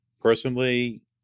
Personally